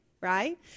right